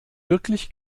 wirklich